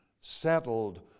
settled